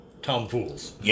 tomfools